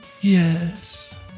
yes